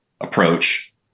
approach